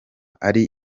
ari